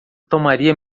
tomaria